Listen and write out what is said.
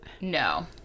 No